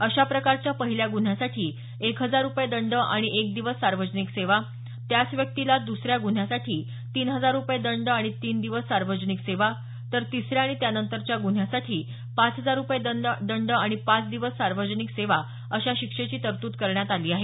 अशा प्रकारच्या पहिल्या गुन्ह्यासाठी एक हजार रुपये दंड आणि एक दिवस सार्वजनिक सेवा त्याच व्यक्तीला दुसऱ्या गुन्ह्यासाठी तीन हजार रुपये दंड आणि तीन दिवस सार्वजनिक सेवा तर तिसऱ्या आणि त्यानंतरच्या ग्रन्ह्यासाठी पाच हजार रुपये दंड आणि पाच दिवस सार्वजनिक सेवा अशा शिक्षेची तरतूद आहे